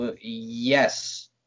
Yes